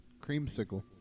creamsicle